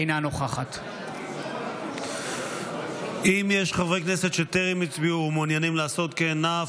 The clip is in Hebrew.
אינה נוכחת אם יש חברי כנסת שטרם הצביעו ומעוניינים לעשות כן,